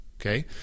Okay